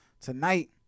Tonight